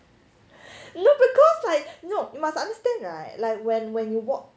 no because like no you must understand right like when when you walk